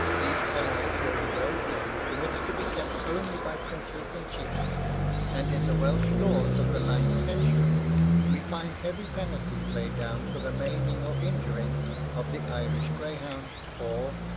these animals were in those days permitted to be kept only by princes and chiefs and in the welsh laws of the ninth century we find heavy penalties laid down for the maiming or injuring of the irish greyhound, or,